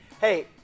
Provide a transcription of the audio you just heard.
Hey